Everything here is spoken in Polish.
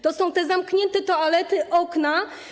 To są te zamknięte toalety, okna.